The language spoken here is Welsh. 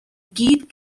gyd